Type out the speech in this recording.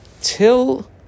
till